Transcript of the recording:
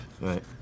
Right